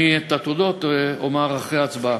אני את התודות אומר אחרי ההצבעה.